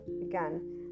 again